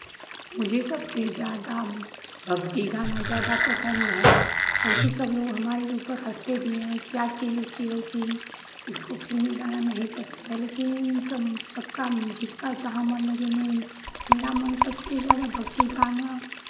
मुझे सबसे ज़्यादा भक्ति गाना ज़्यादा पसन्द है बल्कि सब लोग हमारे ऊपर हँसते भी हैं कि आज की युग की लोग की है इसको फिल्मी गाना नहीं पसन्द है लेकिन ई सब सबका मन जिसका जहाँ मन लगे मेन मेरा मन सबसे ज़्यादा भक्ति गाना